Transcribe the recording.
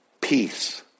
peace